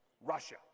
Russia